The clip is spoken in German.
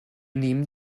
nehmen